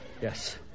Yes